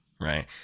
right